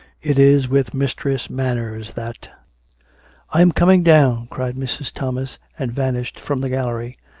it is with mistress manners that i am coming down, cried mrs. thomas, and van ished from the gallery.